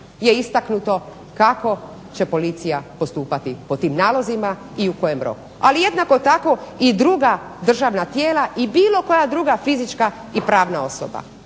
je istaknuto kako će policija postupati po tim nalozima i u kojem roku. Ali jednako tako i druga državna tijela i bilo koja druga fizička i pravna osoba,